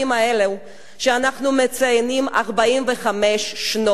שאנחנו מציינים 45 שנות כיבוש,